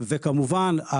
וכמובן,